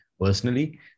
personally